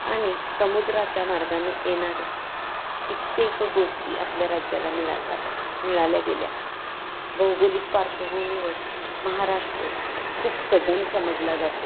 आणि समुद्राच्या मार्गानं येणाऱ्या कित्येक गोष्टी आपल्या राज्याला मिळातात मिळाल्या गेल्या भौगोलिक पार्श्वभूमीवर महाराष्ट्र खूप सधन समजला जातो